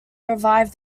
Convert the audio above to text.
revive